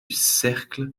cercle